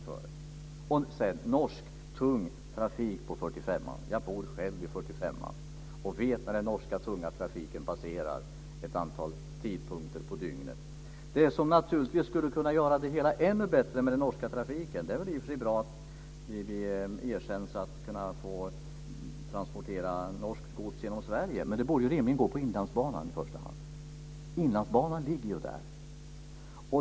Jag är glad för detta. Jag bor själv vid 45:an, och jag vet att den norska tunga trafiken passerar vid ett antal tidpunkter på dygnet. Det är väl i och för sig bra att vi är erkända, så att man transporterar norskt gods genom Sverige. Men det som naturligtvis skulle göra det hela ännu bättre när det gäller den norska trafiken är att detta i första hand skulle gå på Inlandsbanan. Det vore rimligt. Inlandsbanan ligger ju där!